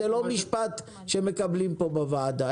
זה לא משפט שמקבלים פה בוועדה,